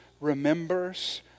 remembers